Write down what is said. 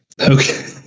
Okay